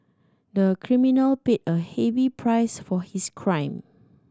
the criminal paid a heavy price for his crime